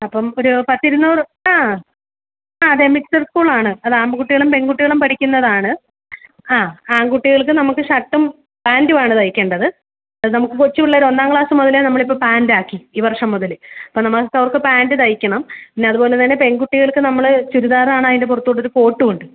അപ്പം ഒരു പത്തിരുന്നൂറ് ആ ആ അതെ മിക്സഡ് സ്കൂളാണ് അത് ആൺകുട്ടികളും പെൺകുട്ടികളും പഠിക്കുന്നതാണ് ആ ആൺകുട്ടികൾക്ക് നമുക്ക് ഷർട്ടും പാൻറ്റുമാണ് തയ്ക്കേണ്ടത് അത് നമുക്ക് കൊച്ച് പിള്ളേർ ഒന്നാം ക്ളാസ് മുതലേ നമ്മളിപ്പോൾ പാൻറ്റാക്കി ഈ വർഷം മുതൽ അപ്പോൾ നമുക്കവർക്ക് പാൻറ്റ് തയ്ക്കണം പിന്നതുപോലെ തന്നെ പെൺകുട്ടികൾക്ക് നമ്മൾ ചുരിദാറാണ് അതിൻ്റെ പുറത്തൂടെ ഒരു കോട്ടും ഉണ്ട്